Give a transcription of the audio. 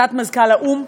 תת-מזכ"ל האו"ם,